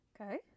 Okay